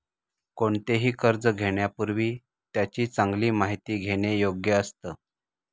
कोणतेही कर्ज घेण्यापूर्वी त्याची चांगली माहिती घेणे योग्य असतं